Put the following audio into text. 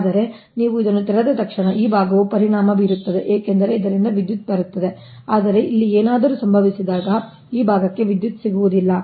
ಆದರೆ ನೀವು ಇದನ್ನು ತೆರೆದ ತಕ್ಷಣ ಈ ಭಾಗವು ಪರಿಣಾಮ ಬೀರುತ್ತದೆ ಏಕೆಂದರೆ ಇದರಿಂದ ವಿದ್ಯುತ್ ಬರುತ್ತದೆ ಆದರೆ ಇಲ್ಲಿ ಏನಾದರೂ ಸಂಭವಿಸಿದಾಗ ಈ ಭಾಗಕ್ಕೆ ವಿದ್ಯುತ್ ಸಿಗುವುದಿಲ್ಲ